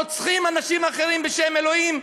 רוצחים אנשים אחרים בשם אלוהים,